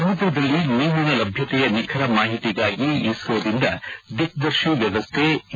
ಸಮುದ್ರದಲ್ಲಿ ಮೀನಿನ ಲಭ್ಯತೆಯ ನಿಖರ ಮಾಹಿತಿಗಾಗಿ ಇಸ್ತೋದಿಂದ ದಿಕ್ದರ್ತಿ ವ್ವವಸ್ಥೆ ಎ